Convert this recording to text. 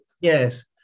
Yes